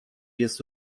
jest